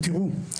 תראו,